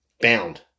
bound